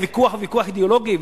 הוויכוח הוא ויכוח אידיאולוגי,